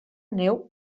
neu